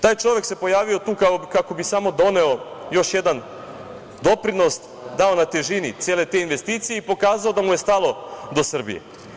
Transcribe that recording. Taj čovek se pojavio tu kako bi samo doneo još jedan doprinos, dao na težini cele te investicije i pokazao da mu je stalo do Srbije.